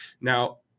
Now